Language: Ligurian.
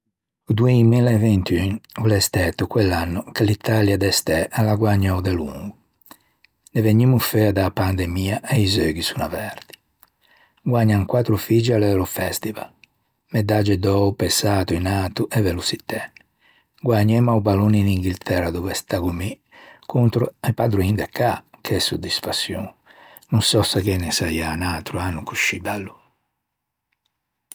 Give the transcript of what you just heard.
O doimillavintun o l'é stæto quell'anno che l'Italia de stæ a l'à guägnou delongo. Ne vegnimmo feua da-a pandemia e i zeughi son averti. Guägnan quattro figge à l'Eurofestival, medagge d'öo pe sato in ato e veloçitæ. Guägnemmo a-o ballon in Inghiltæra dove staggo mi contro i padroin de cà. Che soddisfaçion. No sò se ghe ne saià un atro anno coscì bello.